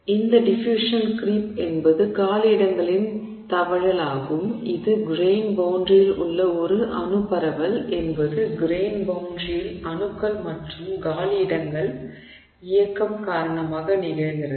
எனவே இந்த diffusional creep என்பது காலியிடங்களின் தவழலாகும் இது கிரெய்ன் பௌண்டரியில் உள்ள ஒரு அணு பரவல் என்பது கிரெய்ன் பௌண்டரியில் அணுக்கள் மற்றும் காலியிடங்களின் இயக்கம் காரணமாக நிகழ்கிறது